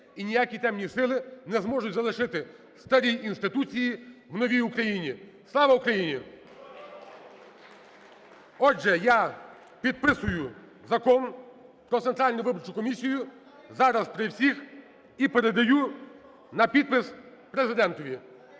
і ніякі темні сили не зможуть залишити старі інституції в новій Україні. Слава Україні! Отже, я підписую Закон про Центральну виборчу комісію зараз при всіх і передаю на підпис Президентові.